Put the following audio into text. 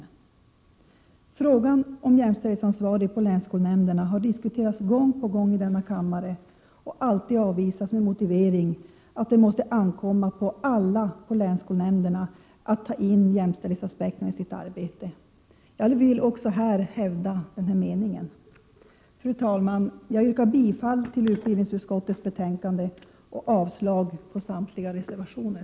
Frågan om en jämställdhetsansvarig på länsskolnämnderna har diskuterats gång på gång i denna kammare och alltid avvisats med motiveringen att det måste ankomma på alla på länsskolnämnderna att beakta jämställdhetsaspekterna i sitt arbete. Också jag vill här hävda denna mening. Fru talman! Jag yrkar bifall till hemställan i utbildningsutskottets betänkande och avslag på samtliga reservationer.